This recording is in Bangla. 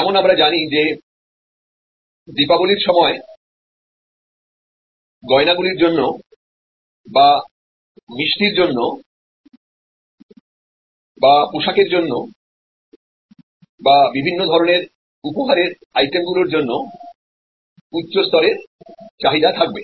যেমন আমরা জানি যে দীপাবলির সময় গয়নাগুলির জন্য বা মিষ্টির জন্য বা পোশাকের জন্য বা বিভিন্ন ধরণের উপহারের আইটেমগুলির জন্য উচ্চ স্তরের চাহিদা থাকবে